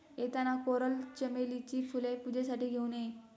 येताना कोरल चमेलीची फुले पूजेसाठी घेऊन ये